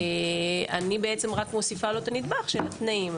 ואני רק מוסיפה לו את הנדבך של התנאים.